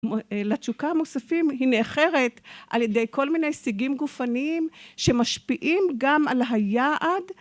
לתשוקה המוספים היא נאחרת על ידי כל מיני הישגים גופניים שמשפיעים גם על היעד